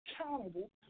accountable